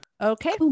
Okay